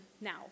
now